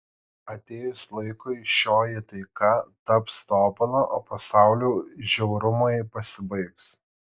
atėjus laikui šioji taika taps tobula o pasaulio žiaurumai pasibaigs